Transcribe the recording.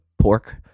pork